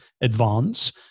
advance